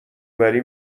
وری